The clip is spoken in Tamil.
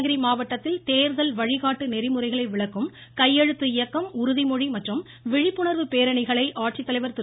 கிருஷ்ணகிரி மாவட்டத்தில் தேர்தல் வழிகாட்டு நெறிமுறைகளை விளக்கும் கையெழுத்து இயக்கம் உறுதிமொழி மற்றும் விழிப்புணர்வு பேரணிகளை ஆட்சித்தலைவா் திரு